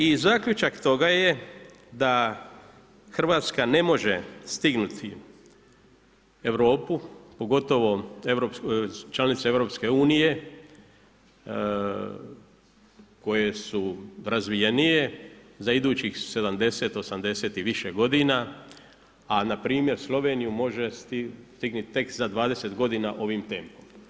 I zaključak toga je da Hrvatska ne može stignuti Europu, pogotovo članice EU-a koje su razvijenije za idući 70, 80 i više godina na npr. Sloveniju može stignuti tek za 20 godina ovim tempom.